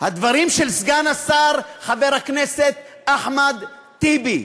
הדברים של סגן השר, חבר הכנסת אחמד טיבי,